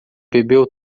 bebeu